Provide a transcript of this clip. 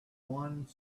one